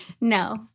No